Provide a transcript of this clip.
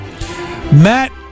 Matt